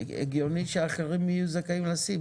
הגיוני שאחרים יהיו זכאים לשים,